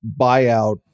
buyout